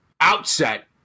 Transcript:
outset